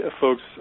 folks